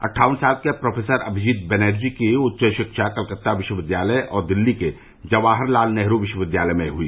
अट्टावन साल के प्रोफेसर अभिजीत बैनर्जी की उच्च शिक्षा कलकत्ता विश्वविद्यालय और दिल्ली के जवाहरलाल नेहरू विश्वविद्यालय में हुई